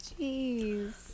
Jeez